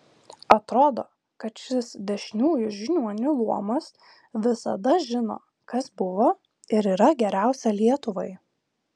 atrodo kad šis dešiniųjų žiniuonių luomas visada žino kas buvo ir yra geriausia lietuvai